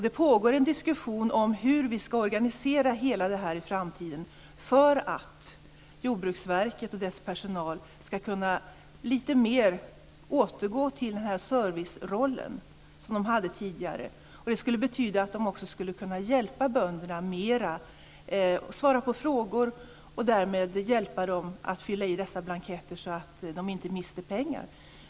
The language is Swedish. Det pågår en diskussion om hur det hela ska organiseras i framtiden för att Jordbruksverket och dess personal ska kunna återgå till den serviceroll som man hade tidigare. Det betyder att man också skulle kunna hjälpa bönderna mera, svara på frågor och hjälpa dem att fylla i blanketter så att de inte går miste om pengar.